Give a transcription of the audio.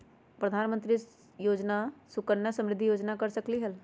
प्रधानमंत्री योजना सुकन्या समृद्धि योजना कर सकलीहल?